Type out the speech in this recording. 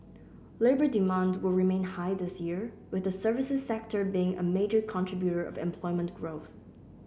labour demand will remain high this year with the services sector being a major contributor of employment growth